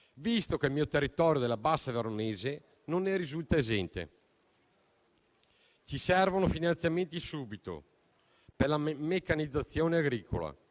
Per queste motivazioni spero che la parte che riguarda il coinvolgimento dei Gruppi di minoranza